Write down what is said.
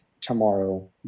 tomorrow